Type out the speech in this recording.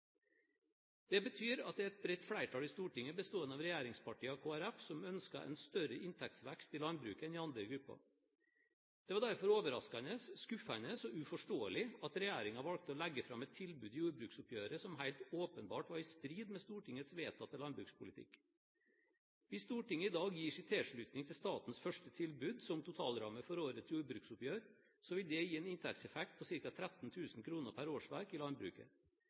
Det betyr at det er et bredt flertall i Stortinget, bestående av regjeringspartiene og Kristelig Folkeparti, som ønsker en større inntektsvekst i landbruket enn i andre grupper. Det var derfor overraskende, skuffende og uforståelig at regjeringen valgte å legge fram et tilbud i jordbruksoppgjøret som helt åpenbart var i strid med Stortingets vedtatte landbrukspolitikk. Hvis Stortinget i dag gir sin tilslutning til statens første tilbud som totalramme for årets jordbruksoppgjør, vil det gi en inntektseffekt på ca. 13 000 kr per årsverk i landbruket.